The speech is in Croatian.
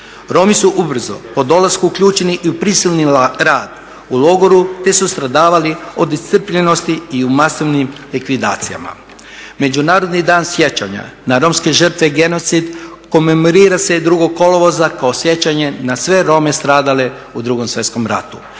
Romi su ubrzo po dolasku uključeni i u prisilni rad u logoru, te su stradavali od iscrpljenosti i u masovnim likvidacijama. Međunarodni dan sjećanja na romske žrtve genocid komemorira se 2. kolovoza kao sjećanje na sve Rome stradale u Drugom svjetskom ratu.